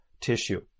tissue